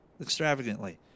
extravagantly